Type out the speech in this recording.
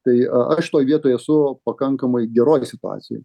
tai aš šitoj vietoj esu pakankamai geroj situacijoj